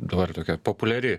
dabar tokia populiari